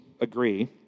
agree